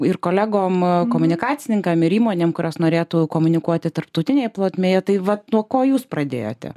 ir kolegom komunikacininkam ir įmonėm kurios norėtų komunikuoti tarptautinėj plotmėje tai vat nuo ko jūs pradėjote